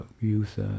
youth